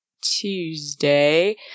Tuesday